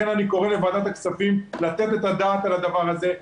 לכן אני קורא לוועדת הכספים לתת את הדעת על הדבר הזה.